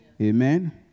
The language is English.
Amen